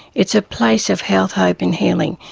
it's a place of health, hope and healing,